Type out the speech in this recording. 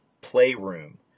playroom